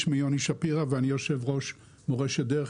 שמי יוני שפירא ואני יושב ראש מורשת דרך,